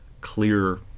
clear